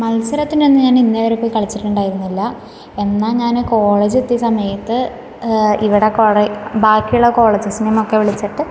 മത്സരത്തിനൊന്നും ഞാൻ ഇന്നേ വരെ പോയി കളിച്ചിട്ടുണ്ടായിരുന്നില്ല എന്നാൽ ഞാന് കോളേജ് എത്തിയ സമയത്ത് ഇവിടെ കുറെ ബാക്കിയുള്ള കോളജസിൽ നിന്നൊക്കെ വിളിച്ചിട്ട്